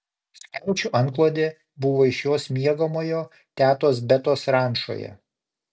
skiaučių antklodė buvo iš jos miegamojo tetos betos rančoje